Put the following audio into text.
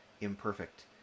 imperfect